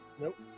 Nope